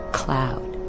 cloud